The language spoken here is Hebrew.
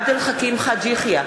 אינו נוכח עבד אל חכים חאג' יחיא,